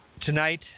Tonight